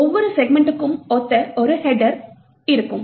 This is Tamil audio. ஒவ்வொரு செக்மென்ட்டுக்கும் ஒத்த ஒரு ஹெட்டர் இருக்கும்